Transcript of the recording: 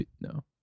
No